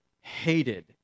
hated